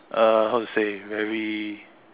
uh how to say very